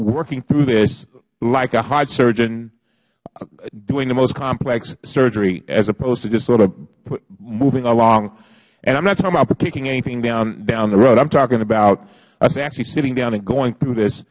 working through this like a heart surgeon doing the most complex surgery as opposed to just sort of moving along and i am not talking about kicking anything down the road i am talking about us actually sitting down and going through this